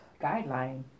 guideline